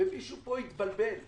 מישהו פה התבלבל.